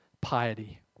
piety